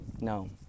No